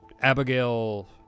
Abigail